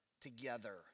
together